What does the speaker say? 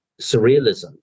surrealism